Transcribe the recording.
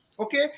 Okay